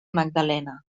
magdalena